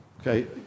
Okay